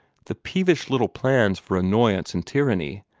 the peevish little plans for annoyance and tyranny,